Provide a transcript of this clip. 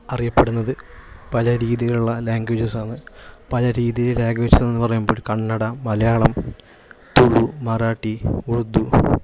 അറിയപ്പെടുന്നത് പലരീതിയിലുള്ള ലാംഗ്വേജസ് ആന്ന് പലരീതിയില് ലാംഗ്വേജസ് എന്നു പറയുമ്പോള് കന്നഡ മലയാളം തുളു മറാഠി ഉറുദു